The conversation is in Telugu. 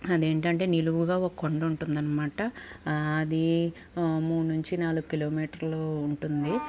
అదేంటంటే నిలువుగా ఒక కొండ ఉంటుందనమాట అది మూడు నుంచి నాలుగు కిలోమీటర్లు ఉంటుంది